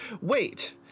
Wait